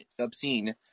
obscene